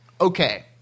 Okay